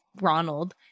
Ronald